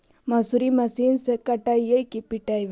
मसुरी मशिन से कटइयै कि पिटबै?